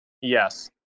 Yes